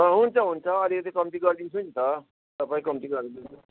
अँ हुन्छ हुन्छ अलिकति कम्ती गरिदिन्छु नि त सबै कम्ती गरिदिन्छु